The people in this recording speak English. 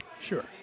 Sure